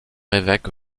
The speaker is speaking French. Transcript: évêque